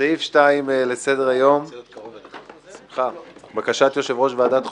סעיף 2 לסדר-היום - בקשה של יושב-ראש ועדת החוקה,